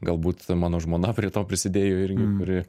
galbūt mano žmona prie to prisidėjo irgi kuri